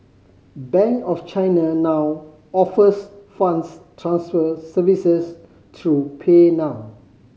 Bank of China now offers funds transfer services through PayNow